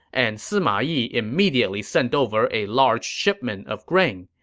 and sima yi immediately sent over a large shipment of grain.